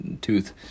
tooth